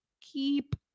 keep